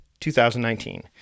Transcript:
2019